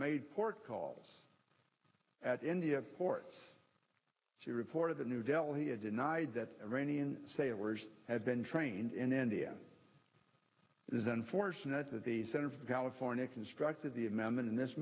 made port calls at india ports she reported the new delhi a denied that rainy and sailors had been trained in india it is unfortunate that the center for california constructed the amendment in this